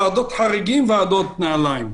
למה אתם עובדים עלינו עם ועדות חריגים וועדות נעליים.